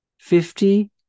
Fifty